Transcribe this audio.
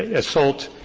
assault,